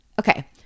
Okay